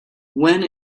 when